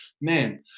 man